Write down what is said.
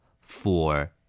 Four